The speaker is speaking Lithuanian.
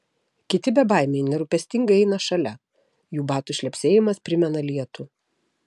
kiti bebaimiai nerūpestingai eina šalia jų batų šlepsėjimas primena lietų